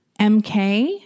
MK